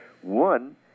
One